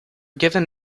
given